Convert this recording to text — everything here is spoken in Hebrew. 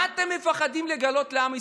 מה אתם מפחדים לגלות לעם ישראל?